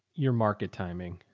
your market timing,